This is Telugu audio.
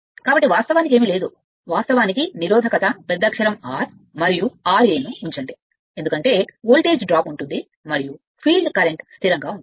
కాబట్టి వాస్తవానికి ఏమీ లేదు వాస్తవానికి నిరోధకత పెద్దక్షరం R మరియు ra ను ఉంచండి ఎందుకంటే వోల్టేజ్ డ్రాప్ ఉంటుంది మరియు ఫీల్డ్ కరెంట్ స్థిరంగా ఉంటుంది